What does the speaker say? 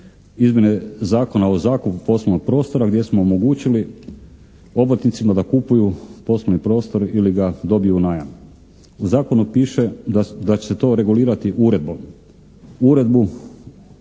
izmjene Zakona o zakupu poslovnog prostora gdje smo omogućili obrtnicima da kupuju poslovni prostor ili ga dobiju u najam. U Zakonu piše da će se to regulirati uredbom. Uredbu